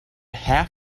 half